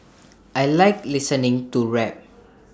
I Like listening to rap